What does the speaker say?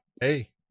hey